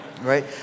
Right